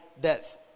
death